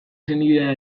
senidea